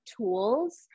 tools